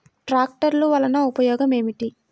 ట్రాక్టర్లు వల్లన ఉపయోగం ఏమిటీ?